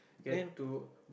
get to